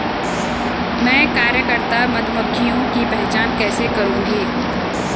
मैं कार्यकर्ता मधुमक्खियों की पहचान कैसे करूंगी?